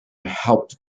helped